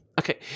Okay